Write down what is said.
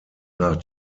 nach